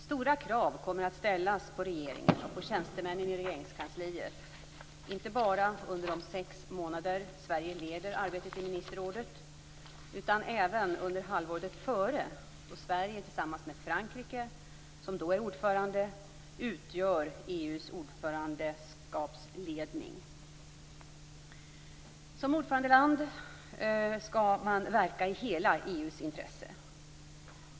Stora krav kommer att ställas på regeringen och på tjänstemännen i Regeringskansliet, inte bara under de sex månader då Sverige leder arbetet i ministerrådet utan även under halvåret före, då Sverige tillsammans med Frankrike, som då är ordförande, utgör EU:s ordförandeskapsledning. Som ordförandeland skall man verka i hela EU:s intresse.